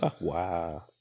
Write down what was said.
Wow